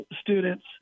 students